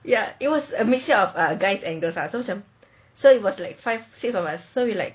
ya it was a mixture of guys and girls lah so so it was like five six of us so we like